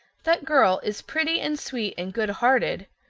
that girl is pretty and sweet and goodhearted,